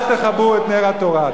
אל תכבו את נר התורה.